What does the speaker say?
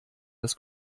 das